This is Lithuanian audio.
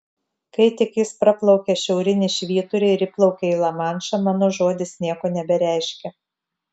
kai tik jis praplaukia šiaurinį švyturį ir įplaukia į lamanšą mano žodis nieko nebereiškia